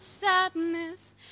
sadness